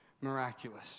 miraculous